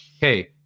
Hey